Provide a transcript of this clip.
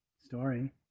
story